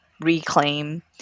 reclaim